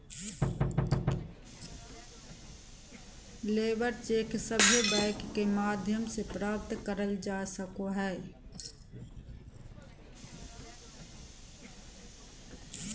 labour cheque सभे bank के माध्यम से प्राप्त करल जा सको हय